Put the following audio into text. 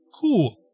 cool